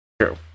True